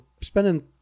spending